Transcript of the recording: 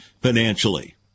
financially